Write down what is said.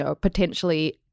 potentially